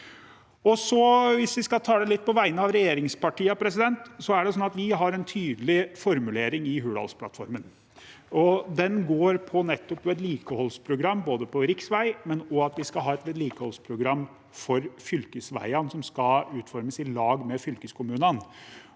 jeg skal tale litt på vegne av regjeringspartiene, er det slik at vi har en tydelig formulering i Hurdalsplattformen. Den dreier seg om nettopp vedlikeholdsprogrammer, så vel på riksvei som at vi skal ha et vedlikeholdsprogram for fylkesveiene som skal utformes i lag med fylkeskommunene.